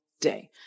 day